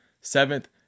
seventh